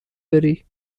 بری